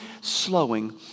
slowing